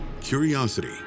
curiosity